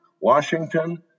Washington